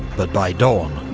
but by dawn,